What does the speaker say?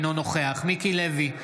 אינו נוכח מיקי לוי,